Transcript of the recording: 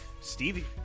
Stevie